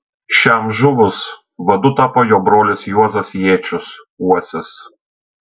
šiam žuvus vadu tapo jo brolis juozas jėčius uosis